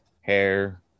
hair